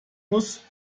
muss